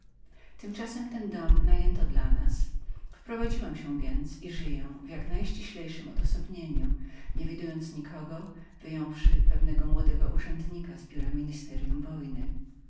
czasem ten dom najęto dla nas wprowadziłam się więc i żyję w jak najściślejszem odosobnieniu nie widując nikogo wyjąwszy pewnego młodego urzędnika z bióra ministeryum wojny